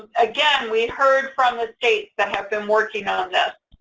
again, we heard from the states that have been working on this,